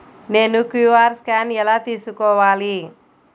నేను Q R scan ఎలా తీసుకోవాలి?